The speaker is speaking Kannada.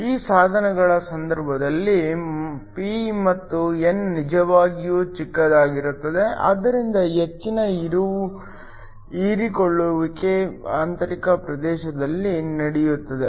ಈ ಸಾಧನಗಳ ಸಂದರ್ಭದಲ್ಲಿ p ಮತ್ತು n ನಿಜವಾಗಿಯೂ ಚಿಕ್ಕದಾಗಿರುತ್ತವೆ ಆದ್ದರಿಂದ ಹೆಚ್ಚಿನ ಹೀರಿಕೊಳ್ಳುವಿಕೆ ಆಂತರಿಕ ಪ್ರದೇಶದಲ್ಲಿ ನಡೆಯುತ್ತದೆ